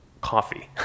coffee